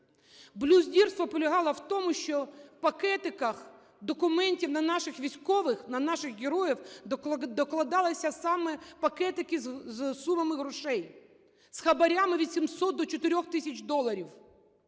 Блюзнірство полягало в тому, що в пакетиках документів на наших військових, на наших героїв докладалися саме пакетики з сумами грошей, з хабарами від 700 до 4 тисяч доларів.